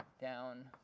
down